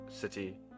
city